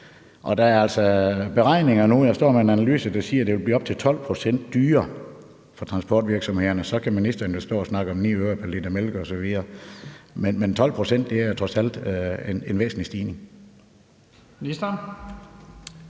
vil ende hos forbrugerne. Jeg står med en analyse, der viser, at det vil blive op til 12 pct. dyrere for transportvirksomhederne. Så kan ministeren stå og snakke om, at det bliver 9 øre mere pr. liter mælk osv., men 12 pct. er trods alt en væsentlig stigning.